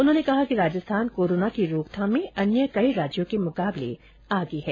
उन्होंने कहा कि राजस्थान कोरोना की रोकथाम में अन्य कई राज्यों के मुकाबले आगे है